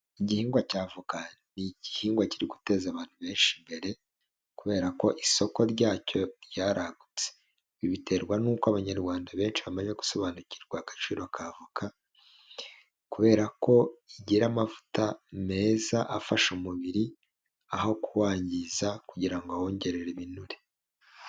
Igihingwa cya avoka, ni igihingwa kiri guteza abantu benshi imbere, kubera ko isoko ryacyo, ryaragutse. Ibi biterwa n'uko Abanyarwanda benshi bamaze gusobanukirwa agaciro ka avoka, kubera ko igira amavuta meza, afasha umubiri aho kuwangiza, kugira ngo awongerere ibinure.